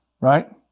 Right